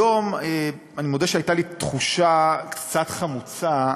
היום, אני מודה שהייתה לי תחושה קצת חמוצה.